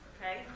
okay